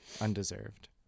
Undeserved